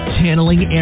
Channeling